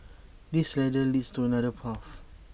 this ladder leads to another path